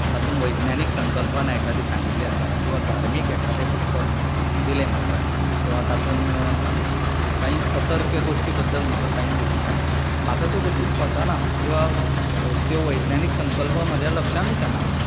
तातूंत वैज्ञानीक संकल्पना एकादी सांगिल्ली आसा किंवा धार्मीक एकादें पुस्तक दिलें म्हाका किंवा तातूंत कांय अतर्क गोश्टी बद्दल म्हाका कांय गोश्टी सांग म्हाका त्यो गोश्टी पटना किंवा त्यो वैज्ञानीक संकल्पना म्हज्या लक्षानूच येना